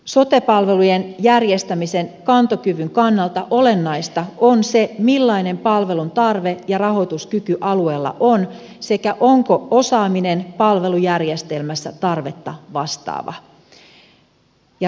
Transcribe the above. sote palvelujen järjestämisen kantokyvyn kannalta olennaista on se millainen palveluntarve ja rahoituskyky alueella on sekä onko osaaminen palvelujärjestelmässä tarvetta vastaava